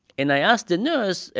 and i asked the nurse,